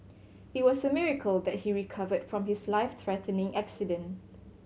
it was a miracle that he recovered from his life threatening accident